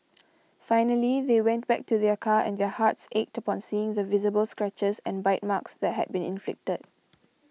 finally they went back to their car and their hearts ached upon seeing the visible scratches and bite marks that had been inflicted